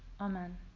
Amen